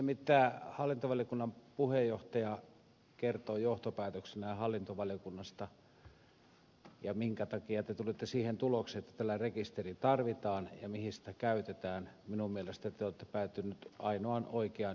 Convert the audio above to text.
kun hallintovaliokunnan puheenjohtaja kertoi johtopäätöksensä hallintovaliokunnasta ja minkä takia te tulitte siihen tulokseen että tällainen rekisteri tarvitaan ja mihin sitä käytetään niin minun mielestäni te olette päätyneet ainoaan oikeaan johtopäätökseen